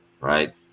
Right